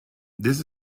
this